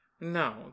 No